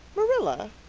marilla,